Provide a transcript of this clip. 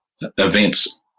events